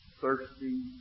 thirsty